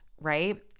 right